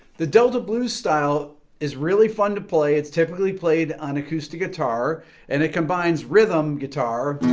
the delta blues style is really fun to play. it's typically played on acoustic guitar and it combines rhythm guitar